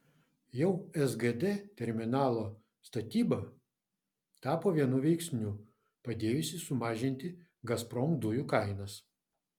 jau sgd terminalo statyba tapo vienu veiksnių padėjusių sumažinti gazprom dujų kainas